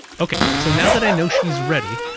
okay, so now that i know she's ready,